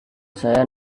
saya